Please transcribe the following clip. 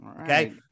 Okay